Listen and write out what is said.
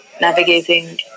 navigating